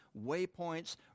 waypoints